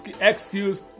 excuse